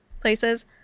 places